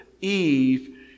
Eve